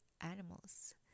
animals